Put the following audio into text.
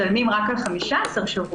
משלמים רק על 15 שבועות,